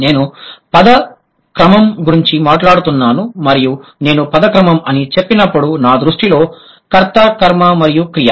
నేను పద క్రమం గురించి మాట్లాడుతున్నాను మరియు నేను పద క్రమం అని చెప్పినప్పుడు నా దృష్టిలో కర్త కర్మ మరియు క్రియ